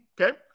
Okay